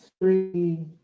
three